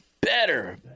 better